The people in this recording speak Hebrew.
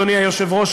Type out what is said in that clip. אדוני היושב-ראש,